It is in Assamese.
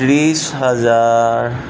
ত্ৰিছ হাজাৰ